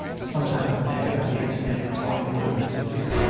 sometimes i think about you to make my morning wood disappear.